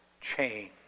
change